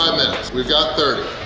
we've got thirty